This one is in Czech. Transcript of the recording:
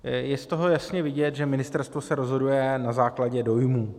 Je z toho jasně vidět, že ministerstvo se rozhoduje na základě dojmů.